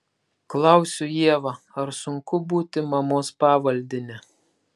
klausiu ievą ar sunku būti mamos pavaldine